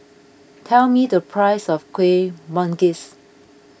tell me the price of Kuih Manggis